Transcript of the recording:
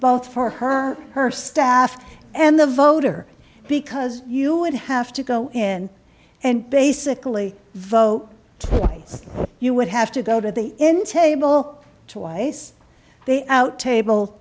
vote for her her staff and the voter because you would have to go in and basically vote twice you would have to go to the end table to ice they out table